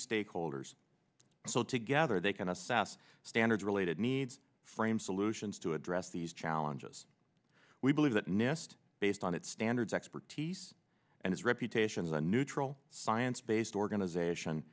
stakeholders so together they can assess standards related needs frame solutions to address these challenges we believe that nist based on its standards expertise and its reputation as a neutral science based organization